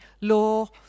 law